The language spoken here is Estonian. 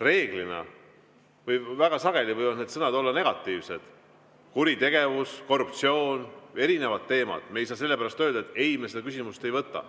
Väga sageli võivad need olla negatiivsed, nagu "kuritegevus", "korruptsioon", erinevad teemad. Me ei saa sellepärast öelda, et ei, me seda küsimust ei võta.